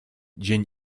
dzień